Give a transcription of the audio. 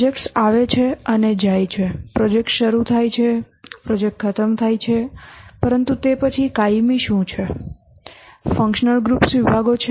projects આવે છે અને જાય છે પ્રોજેક્ટ્સ શરૂ થાય છે પ્રોજેક્ટ ખતમ જાય છે પરંતુ તે પછી કાયમી શું છે ફંક્શનલ ગ્રુપ્સ વિભાગો છે